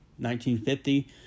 1950